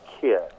kid